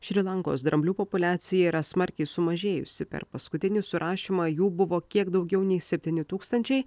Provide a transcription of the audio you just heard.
šri lankos dramblių populiacija yra smarkiai sumažėjusi per paskutinį surašymą jų buvo kiek daugiau nei septyni tūkstančiai